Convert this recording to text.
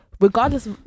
regardless